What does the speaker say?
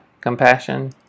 compassion